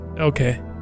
Okay